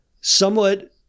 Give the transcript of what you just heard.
somewhat